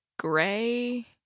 Gray